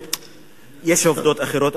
יש עובדות אחרות,